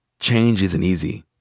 change isn't easy.